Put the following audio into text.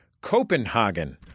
Copenhagen